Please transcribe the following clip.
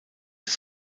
des